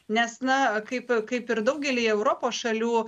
nes na kaip kaip ir daugelyje europos šalių